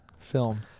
film